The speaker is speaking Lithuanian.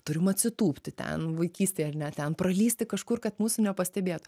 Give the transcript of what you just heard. turim atsitūpti ten vaikystėj ar ne ten pralysti kažkur kad mūsų nepastebėtų